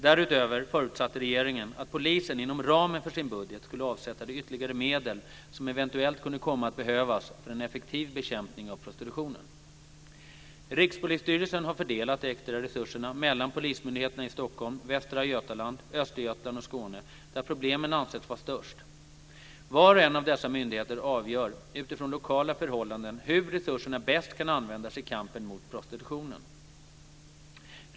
Därutöver förutsatte regeringen att polisen inom ramen för sin budget skulle avsätta de ytterligare medel som eventuellt kunde komma att behövas för en effektiv bekämpning av prostitutionen. Rikspolisstyrelsen har fördelat de extra resurserna mellan polismyndigheterna i Stockholm, Västra Götaland, Östergötland och Skåne, där problemen ansetts vara störst. Var och en av dessa myndigheter avgör utifrån lokala förhållanden hur resurserna bäst kan användas i kampen mot prostitutionen.